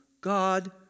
God